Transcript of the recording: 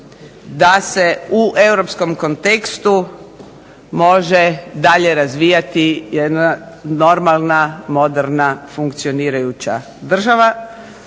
da se u europskom kontekstu može dalje razvijati jedna normalna funkcionirajuća država.